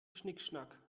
schnickschnack